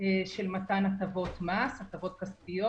של מתן הטבות מס, הטבות כספיות